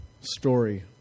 story